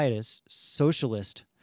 socialist